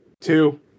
Two